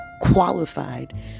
qualified